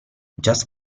just